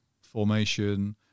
formation